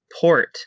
port